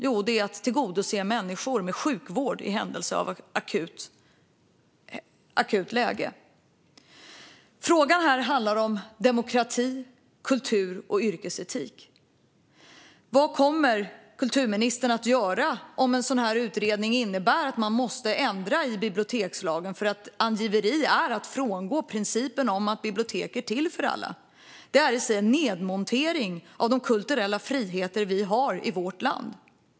Jo, det är att tillgodose människors behov av sjukvård i ett akut läge. Frågan här handlar om demokrati, kultur och yrkesetik. Vad kommer kulturministern att göra om en utredning kommer fram till att man måste ändra i bibliotekslagen? Angiveri är att frångå principen om att bibliotek är till för alla. Det är i sig en nedmontering av de kulturella friheter vi har i vårt land.